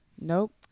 Nope